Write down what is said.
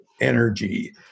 energy